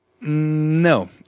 no